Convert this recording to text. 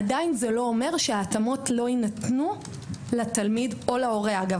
עדיין זה לא אומר שההתאמות לא יינתנו לתלמיד או להורה אגב.